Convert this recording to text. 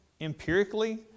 empirically